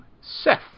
Seth